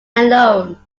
alone